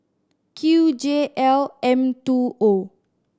Q J L M two O